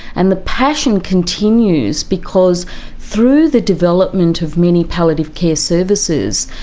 and the passion continues because through the development of many palliative care services,